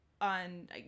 on